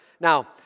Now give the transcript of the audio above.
Now